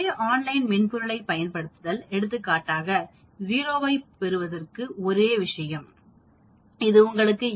அதே ஆன்லைன் மென்பொருளைப் பயன்படுத்துதல் எடுத்துக்காட்டாக 0 ஐப் பெறுவதற்கு ஒரே விஷயம் இது உங்களுக்கு 81 அல்லது 82